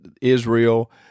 Israel